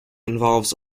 involves